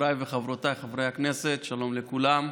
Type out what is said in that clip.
חבריי וחברותיי חברי הכנסת, שלום לכולם.